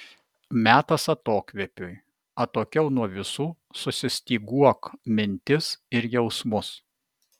metas atokvėpiui atokiau nuo visų susistyguok mintis ir jausmus